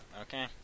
okay